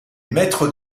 maître